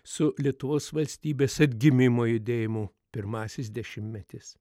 su lietuvos valstybės atgimimo judėjimu pirmasis dešimtmetis